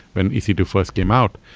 when e c two first came out.